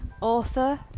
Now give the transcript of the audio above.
author